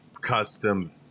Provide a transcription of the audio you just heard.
custom